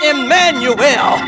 Emmanuel